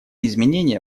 изменения